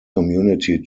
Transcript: community